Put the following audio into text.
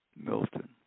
Milton